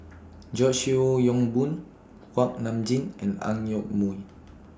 George Yeo Yong Boon Kuak Nam Jin and Ang Yoke Mooi